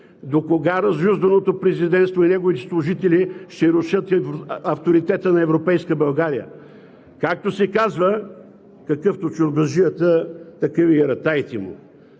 Докога разюзданото президентство и неговите служители ще рушат авторитета на европейска България? Както се казва, какъвто чорбаджията, такива и ратаите му!